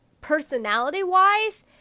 personality-wise